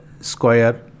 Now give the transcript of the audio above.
square